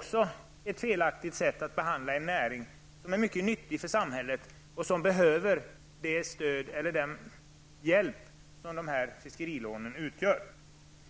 Det är ett felaktigt sätt att behandla en näring som är mycket nyttig för samhället. Den behöver det stöd eller den hjälp som fiskerilånen utgör.